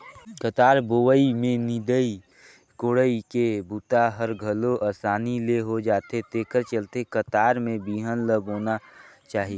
कतार बोवई में निंदई कोड़ई के बूता हर घलो असानी ले हो जाथे तेखर चलते कतार में बिहन ल बोना चाही